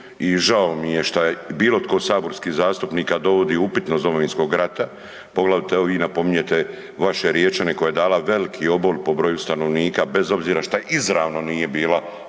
i žao mi je šta je bilo tko od saborskih zastupnika dovodi upitnost Domovinskog rata, poglavito evo vi napominjete vaše Riječane koje dala veliki obol po broju stanovnika bez obzira što izravno nije bila ugrožena